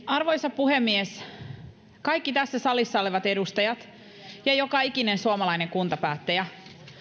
arvoisa puhemies kaikki tässä salissa olevat edustajat ja joka ikinen suomalainen kuntapäättäjä